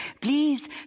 Please